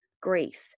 grief